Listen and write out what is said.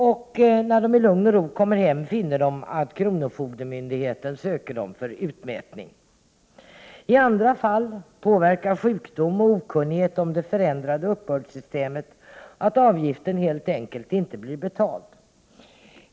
När de båda sedan i lugn och ro kommer hem finner de att kronofogdemyndigheten söker dem för utmätning. I andra fall är det sjukdom eller okunnighet om det förändrade uppbördssystemet som spelar in. Avgiften blir då helt enkelt inte inbetald.